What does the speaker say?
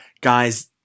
Guys